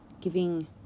giving